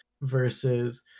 versus